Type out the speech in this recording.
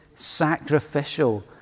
sacrificial